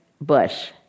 Bush